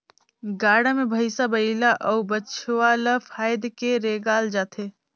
गाड़ा मे भइसा बइला अउ बछवा ल फाएद के रेगाल जाथे